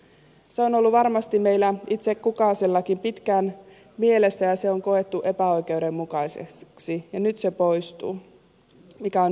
se on ollut varmasti meillä itse kukasellakin pitkään mielessä ja se on koettu epäoikeudenmukaiseksi ja nyt se poistuu mikä on hyvä asia